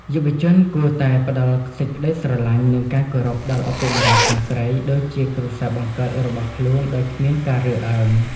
យុវជនគួរតែ "ផ្ដល់សេចក្ដីស្រឡាញ់ និងការគោរពដល់ឪពុកម្ដាយខាងស្រី" ដូចជាគ្រួសារបង្កើតរបស់ខ្លួនដោយគ្មានការរើសអើង។